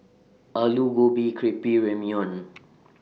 Alu Gobi Crepe Ramyeon